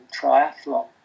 triathlon